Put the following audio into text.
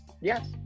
Yes